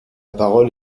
parole